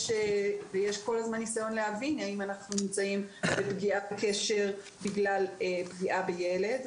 יש כל הזמן ניסיון להבין האם אנחנו נמצאים בפגיעת קשר בגלל פגיעה בילד,